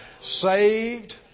saved